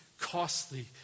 costly